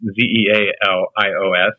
Z-E-A-L-I-O-S